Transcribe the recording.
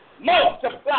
Multiply